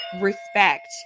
respect